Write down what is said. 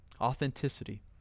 authenticity